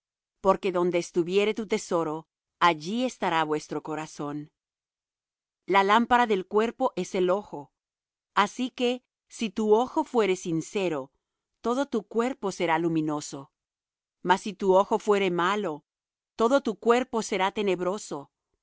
porque donde estuviere vuestro tesoro allí estará vuestro corazón la lámpara del cuerpo es el ojo así que si tu ojo fuere sincero todo tu cuerpo será luminoso mas si tu ojo fuere malo todo tu cuerpo será tenebroso